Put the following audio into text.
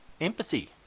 empathy